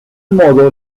modo